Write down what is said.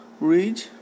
read